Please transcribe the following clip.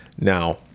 Now